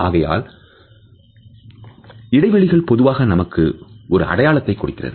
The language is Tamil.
ஆகையால் இடைவெளிகள் பொதுவாக நமக்கு ஒரு அடையாளத்தை கொடுக்கிறது